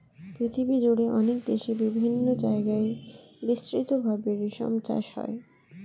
পৃথিবীজুড়ে অনেক দেশে বিভিন্ন জায়গায় বিস্তৃত ভাবে রেশম চাষ হয়